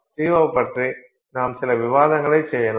C0 பற்றி நாம் சில விவாதங்களைச் செய்யலாம்